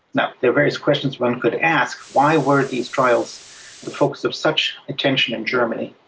now, there are various questions one could ask. why were these trials the focus of such attention in germany?